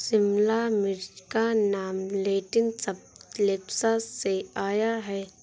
शिमला मिर्च का नाम लैटिन शब्द लेप्सा से आया है